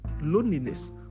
loneliness